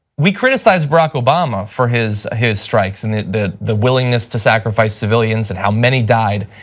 we criticized barack obama for his his strikes and the the willingness to sacrifice civilians and how many died,